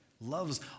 loves